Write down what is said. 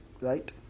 right